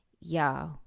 y'all